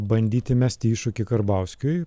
bandyti mesti iššūkį karbauskiui